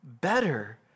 better